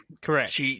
Correct